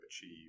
achieve